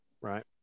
right